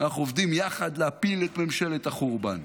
אנחנו עובדים יחד להפיל את ממשלת החורבן.